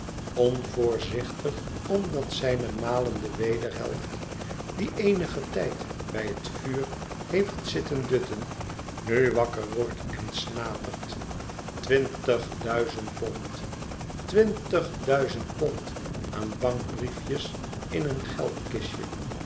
omdat zijne malende wederhelft die eenigen tijd bij het vuur heeft zitten dutten nu wakker wordt en snatert twintig duizend pond twintig duizend pond aan bankbriefjes in een